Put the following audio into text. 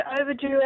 overdue